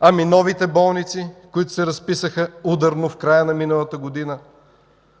А новите болници, които се разписаха ударно в края на миналата година,